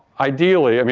ideally, i mean,